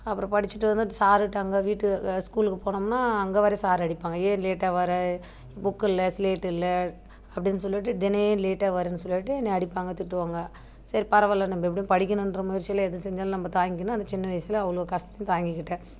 அப்பறம் படிச்சுட்டு வந்தால் சாரு கிட்டே அங்க வீட்டு ஸ்கூலுக்கு போனோம்னா அங்கே வர சார் அடிப்பாங்க ஏன் லேட்டாக வர புக் இல்லை ஸ்லேட் இல்லை அப்டின்னு சொல்லிட்டு தெனையும் லேட்டாக வர்றேன் சொல்லிட்டு என்னை அடிப்பாங்க திட்டுவாங்க சேரி பரவாயில்ல நம்ம எப்படியோ படிக்கணுன்ற முயற்சியில் எது செஞ்சாலும் நம்ம தாங்கிக்கிணும் அந்த சின்ன வயசுல அவ்வளோ கஷ்டத்த தாங்கிக்கிட்டேன்